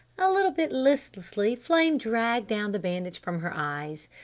a little bit listlessly flame dragged down the bandage from her eyes.